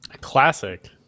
classic